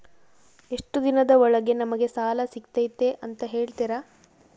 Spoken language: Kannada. ಎಷ್ಟು ದಿನದ ಒಳಗೆ ನಮಗೆ ಸಾಲ ಸಿಗ್ತೈತೆ ಅಂತ ಹೇಳ್ತೇರಾ?